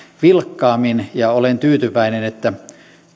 vilkkaammin ja olen tyytyväinen että